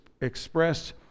expressed